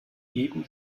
geben